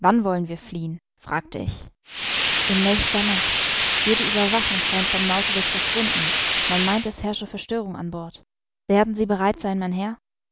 wann wollen wir fliehen fragte ich in nächster nacht jede ueberwachung scheint vom nautilus verschwunden man meint es herrsche verstörung an bord werden sie bereit sein mein herr